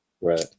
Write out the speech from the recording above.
Right